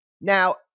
Now